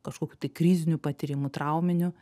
kažkokių tai krizinių patyrimų trauminių